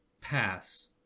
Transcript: pass